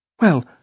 Well